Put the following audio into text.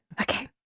Okay